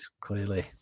clearly